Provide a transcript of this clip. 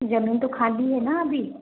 जमीन तो खाली है ना अभी